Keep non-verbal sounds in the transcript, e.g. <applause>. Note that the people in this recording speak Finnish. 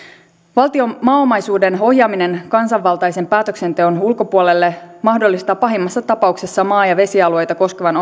valtion maaomaisuuden ohjaaminen kansanvaltaisen päätöksenteon ulkopuolelle mahdollistaa pahimmassa tapauksessa maa ja vesialueita koskevien <unintelligible>